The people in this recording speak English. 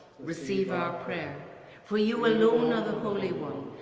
receive our prayer for you alone are the holy one,